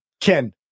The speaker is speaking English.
Ken